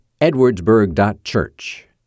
edwardsburg.church